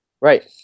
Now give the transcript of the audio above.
Right